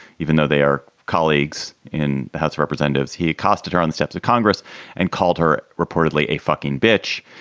even though they are colleagues in the house of representatives. he accosted her on the steps of congress and called her reportedly a fucking bitch.